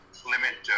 limit